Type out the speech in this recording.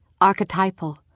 archetypal